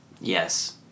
Yes